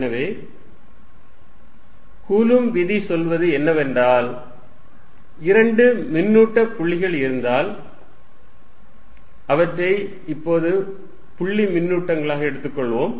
எனவே கூலும் விதி சொல்வது என்னவென்றால் இரண்டு மின்னூட்ட புள்ளிகள் இருந்தால் அவற்றை இப்போது புள்ளி மின்னூட்டங்களாக எடுத்துக்கொள்வோம்